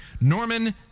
Norman